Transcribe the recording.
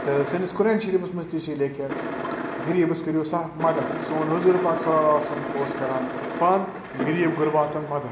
تہٕ سٲنِس قۄرانِ شریٖفس منٛز تہِ چھُ یہِ لیٚکھِتھ غریٖبَس کٔرِو سَہ مَدتھ سون حضوٗرِ پاک صلی اللہ علیہِ وَسلم اوس کَران پان غریٖب غُرباتَن مَدتھ